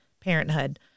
parenthood